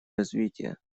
развития